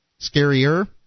Scarier